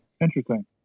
Interesting